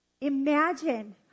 Imagine